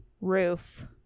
roof